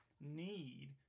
need